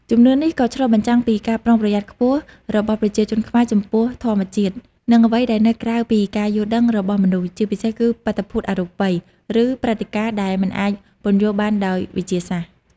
ជំនឿនេះក៏ឆ្លុះបញ្ចាំងពីការប្រុងប្រយ័ត្នខ្ពស់របស់ប្រជាជនខ្មែរចំពោះធម្មជាតិ និងអ្វីដែលនៅក្រៅពីការយល់ដឹងរបស់មនុស្ស ជាពិសេសគឺ បាតុភូតអរូបី ឬព្រឹត្តិការណ៍ដែលមិនអាចពន្យល់បានដោយវិទ្យាសាស្ត្រ។